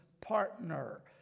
partner